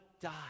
die